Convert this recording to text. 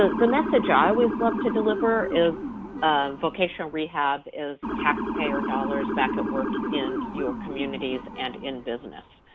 ah the message i always love to deliver is vocational rehab is taxpayer dollars back at work in your communities and in business,